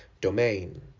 domain